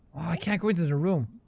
i can't go into their room.